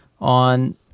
on